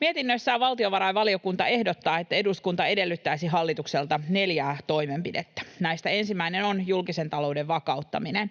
Mietinnössään valtiovarainvaliokunta ehdottaa, että eduskunta edellyttäisi hallitukselta neljää toimenpidettä. Näistä ensimmäinen on julkisen talouden vakauttaminen.